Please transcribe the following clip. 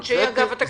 אנשי אגף התקציבים?